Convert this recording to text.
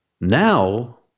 Now